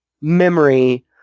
memory